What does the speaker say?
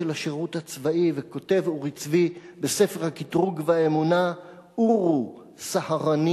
וכותב אורי צבי ב"ספר הקטרוג והאמונה": "עורו סהרנים